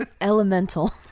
Elemental